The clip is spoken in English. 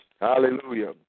Hallelujah